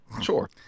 Sure